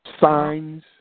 Signs